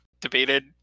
debated